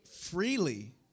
Freely